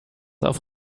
auf